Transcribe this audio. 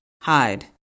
hide